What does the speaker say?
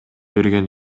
берген